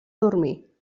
dormir